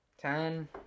ten